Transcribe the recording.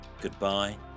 goodbye